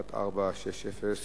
שאילתא 1460,